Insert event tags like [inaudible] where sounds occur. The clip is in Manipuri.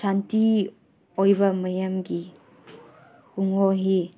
ꯁꯥꯟꯇꯤ ꯑꯣꯏꯕ ꯃꯌꯥꯝꯒꯤ [unintelligible]